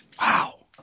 Wow